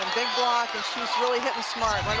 big block and she's really hitting smart